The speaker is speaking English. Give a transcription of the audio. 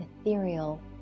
ethereal